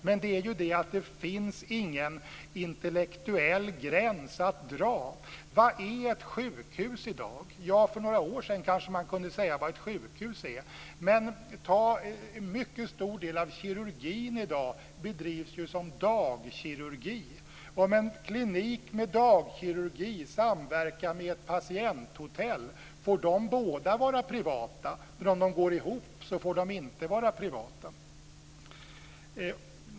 Men det finns ingen intellektuell gräns att dra. Vad är ett sjukhus i dag? För några år sedan kanske man kunde säga vad ett sjukhus var. Men en mycket stor del av kirurgin bedrivs i dag som dagkirurgi. Om en klinik med dagkirurgi samverkar med ett patienthotell får de båda vara privata, men om de går ihop får de inte vara privata.